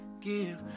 give